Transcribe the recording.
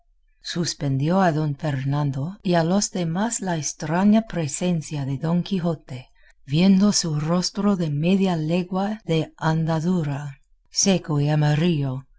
suspendió a don fernando y a los demás la estraña presencia de don quijote viendo su rostro de media legua de andadura seco y amarillo